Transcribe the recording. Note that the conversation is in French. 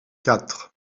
quatre